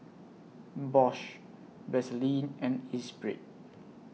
Bosch Vaseline and Espirit